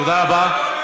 תודה רבה.